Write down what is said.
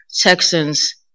Texans